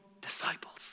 disciples